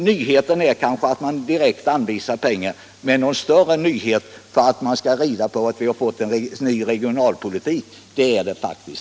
Nyheten nu är kanske att man direkt anvisar pengar, men en så stor nyhet är inte detta att man kan säga att vi har fått en ny regionalpolitik.